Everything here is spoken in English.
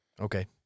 okay